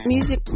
Music